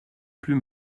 plus